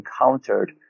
encountered